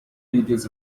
details